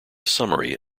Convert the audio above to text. summary